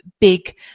big